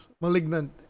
Malignant